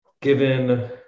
given